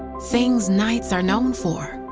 things knights are known for.